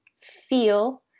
feel